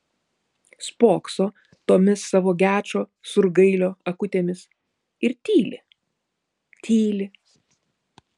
spokso tomis savo gečo surgailio akutėmis ir tyli tyli